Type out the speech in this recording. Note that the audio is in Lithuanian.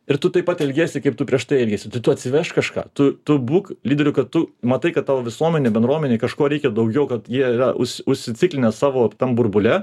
ir tu taip pat elgiesi kaip tu prieš tai elgeisi tai tu atsivežk kažką tu tu būk lyderiu kad tu matai kad tau visuomenei bendruomenei kažko reikia daugiau kad jie yra užsiciklinę savo tam burbule